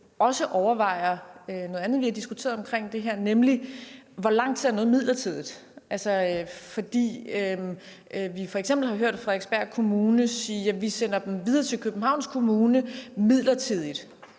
overvejer noget andet, vi har diskuteret, nemlig hvor lang tid noget er midlertidigt. For vi har f.eks. hørt Frederiksberg Kommune sige, at vi sender dem videre til Københavns Kommune midlertidigt.